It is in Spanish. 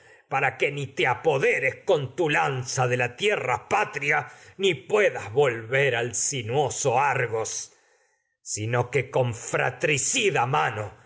para que ni te la tierra apoderes con tu lanza de patria ni puedas volver al sinuoso argos a sino que con fratricida mano